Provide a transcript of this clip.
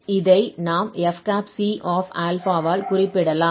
இதை நாம் fc ஆல் குறிப்பிடலாம்